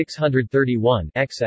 631-XX